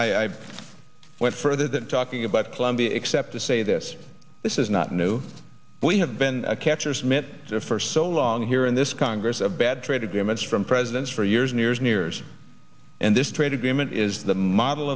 i went further than talking about colombia except to say this this is not new we have been a catcher's mitt for so long here in this congress of bad trade agreements from presidents for years and years and years and this trade agreement is the model